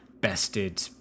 bested